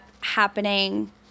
happening